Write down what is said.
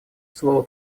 слова